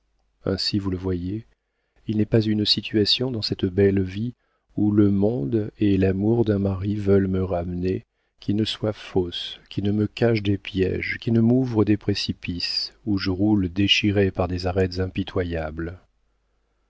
ainsi vous le voyez il n'est pas une situation dans cette belle vie où le monde et l'amour d'un mari veulent me ramener qui ne soit fausse qui ne me cache des piéges qui ne m'ouvre des précipices où je roule déchirée par des arêtes impitoyables